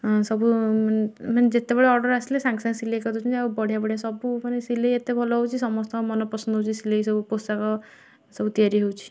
ସବୁ ମାନେ ଯେତେବେଳେ ଅର୍ଡ଼ର ଆସିଲେ ସାଙ୍ଗେ ସାଙ୍ଗେ ସିଲାଇ କରି ଦେଉଛନ୍ତି ଆଉ ବଢ଼ିଆ ବଢ଼ିଆ ସବୁ ମାନେ ସିଲାଇ ଏତେ ଭଲ ହେଉଛି ସମସ୍ତଙ୍କ ମନ ପସନ୍ଦ ହେଉଛି ସିଲାଇ ସବୁ ପୋଷକ ସବୁ ତିଆରି ହେଉଛି